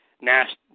Nash